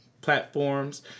platforms